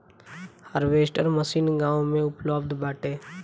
harvester machine गाँव में उपलब्ध बाटे